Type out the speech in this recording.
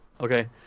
Okay